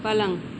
पलंग